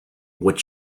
what